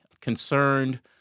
concerned